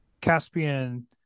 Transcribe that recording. Caspian